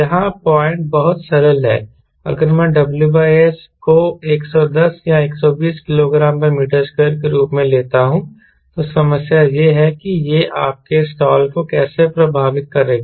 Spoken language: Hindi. यहाँ पॉइंट बहुत सरल है अगर मैं WS को 110 या 120 kgm2 के रूप में लेता हूं तो समस्या यह है कि यह आपके स्टाल को कैसे प्रभावित करेगा